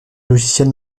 logiciels